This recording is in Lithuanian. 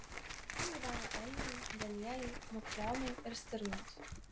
ten gyvena elniai danieliai muflonai ir stirnos